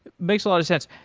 makes a lot of sense.